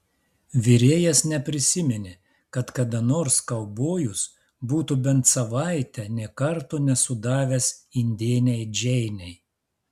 virėjas neprisiminė kad kada nors kaubojus būtų bent savaitę nė karto nesudavęs indėnei džeinei